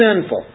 sinful